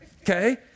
Okay